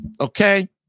okay